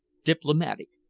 diplomatic,